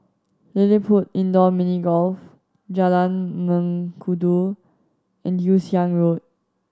LilliPutt Indoor Mini Golf Jalan Mengkudu and Yew Siang Road